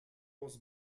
was